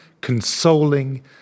consoling